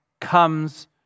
comes